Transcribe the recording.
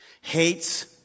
Hates